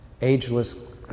ageless